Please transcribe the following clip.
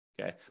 Okay